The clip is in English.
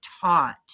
taught